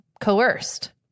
coerced